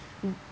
mm